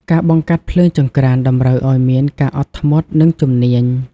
ការបង្កាត់ភ្លើងចង្ក្រានតម្រូវឱ្យមានការអត់ធ្មត់ និងជំនាញ។